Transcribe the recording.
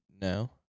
No